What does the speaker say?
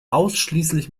ausschließlich